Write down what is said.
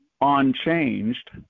unchanged